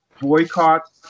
boycotts